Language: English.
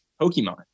Pokemon